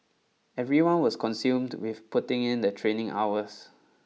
everyone was consumed with putting in the training hours